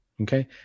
Okay